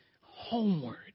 homeward